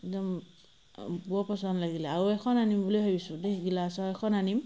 একদম বৰ পচন্দ লাগিলে আৰু এখন আনিম বুলি ভাবিছোঁ দেই গিলাছৰ এখন আনিম